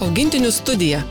augintinių studija